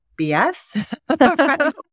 BS